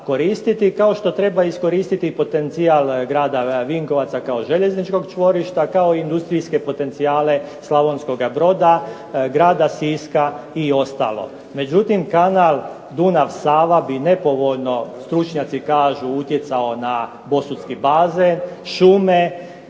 koristiti kao što treba iskoristiti potencijal grada Vinkovaca kao željezničkog čvorišta, kao industrijske potencijale Slavonskoga Broda, grada Siska i ostalo. Međutim, kanal Dunav-Sava bi nepovoljno stručnjaci kažu utjecao na Bosutski bazen, šume